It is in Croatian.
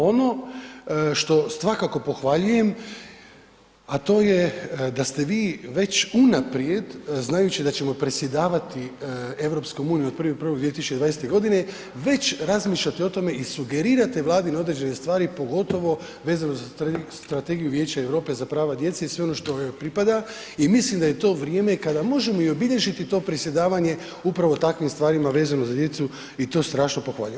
Ono što svakako pohvaljujem, a to je da ste vi već unaprijed znajući da ćemo predsjedavati EU od 1.1.2020. godine, već razmišljate o tome i sugerirate vladine određene stvari pogotovo vezano za Strategiju Vijeća Europe za prava djece i sve ono što joj pripada i mislim da je to vrijeme kada možemo i obilježiti to predsjedavanje upravo takvim stvarima vezano za djecu i to strašno pohvaljujem.